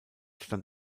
stand